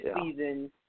season